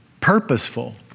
purposeful